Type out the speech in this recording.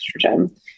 estrogen